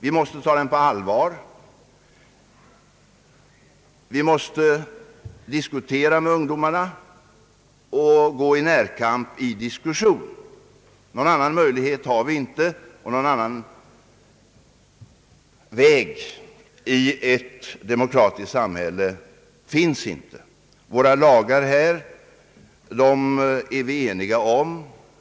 Vi måste ta propagandan på allvar, och vi måste gå i närkamp med ungdomarna i diskussioner. Någon annan möjlighet finns inte i ett demokratiskt samhälle. Våra lagar är vi eniga om.